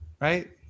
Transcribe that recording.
right